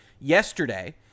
yesterday